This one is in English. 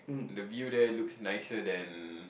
the view there looks nicer than